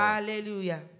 Hallelujah